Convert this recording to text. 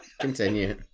Continue